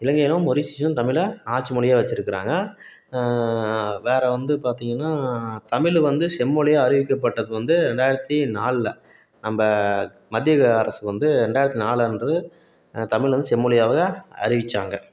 இலங்கையிலும் மொரிஷியஸ்லையும் தமிழை வந்து ஆட்சி மொழியா வச்சுருக்குறாங்க வேறு வந்து பார்த்திங்கன்னா தமிழ் வந்து செம்மொழியா அறிவிக்கப்பட்டது வந்து ரெண்டாயிரத்து நாலில் நம்ப மத்திய அரசு வந்து ரெண்டாயிரத்து நாலு அன்று தமிழை வந்து செம்மொழியாக அறிவிச்சாங்க